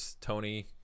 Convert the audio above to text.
Tony